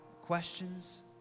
questions